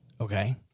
Okay